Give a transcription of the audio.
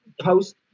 post